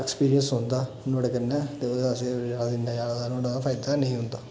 experience रौह्ंदा नुहाड़े कन्नै ते ओह्दा असें इ'न्ना जादा फायदा नेईं होंदा